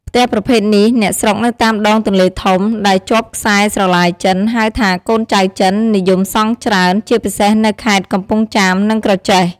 ផ្ទះប្រភេទនេះ អ្នកស្រុកនៅតាមដងទន្លេធំ ដែលជាប់ខ្សែស្រឡាយចិន ហៅថាកូនចៅចិន និយមសង់ច្រើន ជាពិសេសនៅខេត្តកំពង់ចាមនិងក្រចេះ។